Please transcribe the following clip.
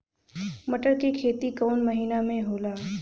मटर क खेती कवन महिना मे होला?